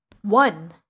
One